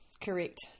correct